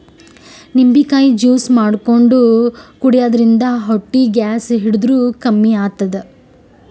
ನಿಂಬಿಕಾಯಿ ಜ್ಯೂಸ್ ಮಾಡ್ಕೊಂಡ್ ಕುಡ್ಯದ್ರಿನ್ದ ಹೊಟ್ಟಿ ಗ್ಯಾಸ್ ಹಿಡದ್ರ್ ಕಮ್ಮಿ ಆತದ್